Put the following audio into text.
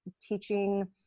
teaching